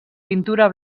pintura